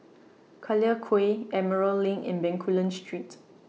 Collyer Quay Emerald LINK and Bencoolen Street